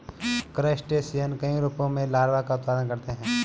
crustacean कई रूपों में लार्वा का उत्पादन करते हैं